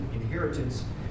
inheritance